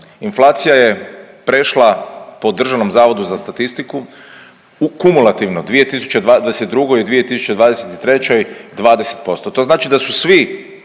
Inflacija je prešla po Državnom zavodu za statistiku u kumulativno, 2022. i 2023. 20%. To znači da su svi